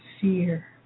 fear